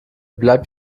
bleibt